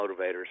motivators